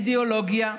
אין אידיאולוגיה,